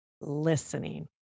listening